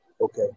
Okay